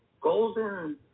golden